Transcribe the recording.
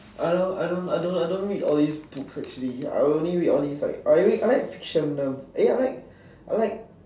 I don't I don't I don't I don't read all these book actually I only read only likes I read I like fictional ya I like I like